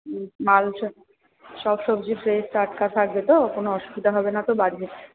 সব সবজি ফ্রেস টাটকা থাকবে তো কোনো অসুবিধা হবে না তো বাড়ি